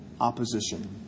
opposition